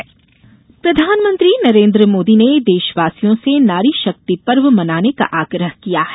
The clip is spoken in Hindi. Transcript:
मन की बात प्रधानमंत्री नरेन्द्र मोदी ने देशवासियों से नारी शक्ति पर्व मनाने का आग्रह किया है